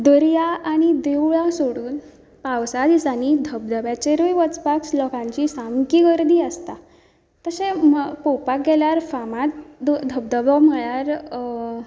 दर्या आनी देवळां सोडून पावसाच्या दिसांनी धबधब्याचेरूय वचपाक लोकांची सामकी गर्दी आसता तशें पळोवपाक गेल्यार फामाद धबधबो म्हणल्यार